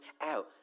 out